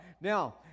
Now